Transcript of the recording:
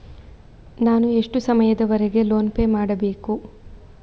ನಾನು ಎಷ್ಟು ಸಮಯದವರೆಗೆ ಲೋನ್ ಪೇ ಮಾಡಬೇಕು?